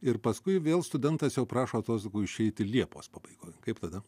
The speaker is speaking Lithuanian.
ir paskui vėl studentas jau prašo atostogų išeiti liepos pabaigoj kaip tada